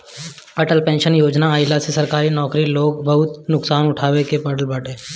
Atal pension Yojana के आईला से सरकारी नौकर लोग के बहुते नुकसान उठावे के पड़ल बाटे